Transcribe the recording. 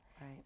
Right